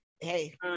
Hey